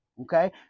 okay